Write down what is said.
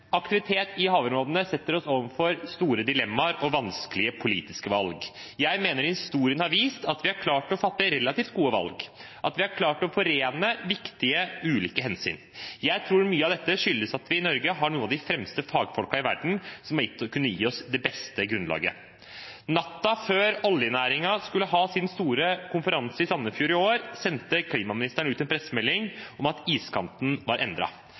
Aktivitet i havområdene stiller oss overfor store dilemmaer og vanskelige politiske valg. Jeg mener historien har vist at vi har klart å gjøre relativt gode valg, at vi har klart å forene viktige ulike hensyn. Jeg tror mye av dette skyldes at vi i Norge har noen av de fremste fagfolkene i verden, som har kunnet gi oss det beste grunnlaget. Natten før oljenæringen skulle ha sin store konferanse i Sandefjord i år, sendte klimaministeren ut en pressemelding om at iskanten var